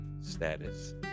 status